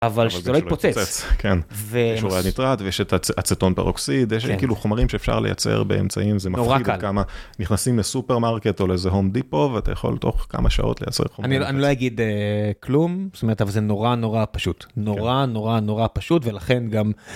אבל שזה לא יתפוצץ. כן, יש אורי ניטרט ויש את אצטון פרוקסיד, יש כאילו חומרים שאפשר לייצר באמצעים, זה מפחיד כמה נכנסים לסופרמרקט או לאיזה הום דיפו, ואתה יכול תוך כמה שעות לייצר את חומרים. אני לא אגיד כלום, זאת אומרת, זה נורא נורא פשוט. נורא נורא נורא פשוט, ולכן גם...